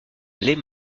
les